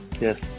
Yes